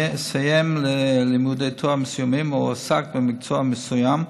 סיים לימודי תואר מסוימים או עסק במקצוע מסוים,